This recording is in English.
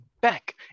back